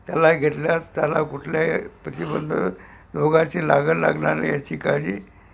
त्याला घेतल्यास त्याला कुठल्याही प्रतिबंध रोगाची लागण लागणार नाही याची काळजी